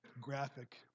graphic